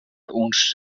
uns